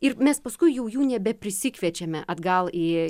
ir mes paskui jau jų nebe prisikviečiame atgal į